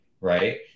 right